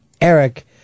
Eric